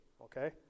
okay